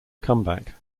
comeback